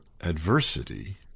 adversity